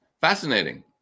fascinating